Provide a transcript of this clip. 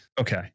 Okay